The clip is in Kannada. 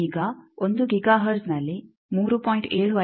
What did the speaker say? ಈಗ 1 ಗಿಗಾ ಹರ್ಟ್ಜ್ನಲ್ಲಿ 3